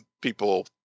people